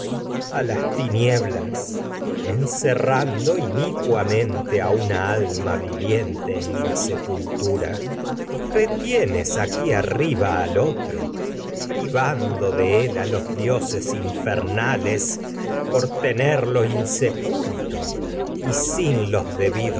a las tinieblas encerrando inicuamente en a una alma viviente la sepultura de y retienes aquí arriba por al otro privan do él a los dioses infernales tenerlo no insepulto tú y sin los